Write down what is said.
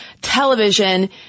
television